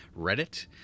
Reddit